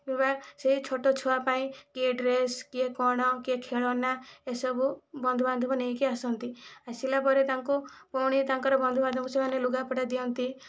କିମ୍ବା ସେଇ ଛୋଟ ଛୁଆ ପାଇଁ କିଏ ଡ୍ରେସ କିଏ କ'ଣ କିଏ ଖେଳନା ଏସବୁ ବନ୍ଧୁବାନ୍ଧବ ନେଇକି ଆସନ୍ତି ଆସିଲା ପରେ ତାଙ୍କୁ ଫୁଣି ତାଙ୍କର ବନ୍ଧୁବାନ୍ଧବ ସେମାନେ ଲୁଗାପଟା ଦିଅନ୍ତି